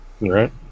Right